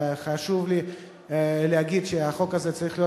חשוב לי להגיד שהחוק הזה צריך להיות